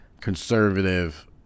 conservative